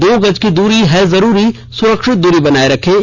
दो गज की दूरी है जरूरी सुरक्षित दूरी बनाए रखें